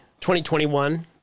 2021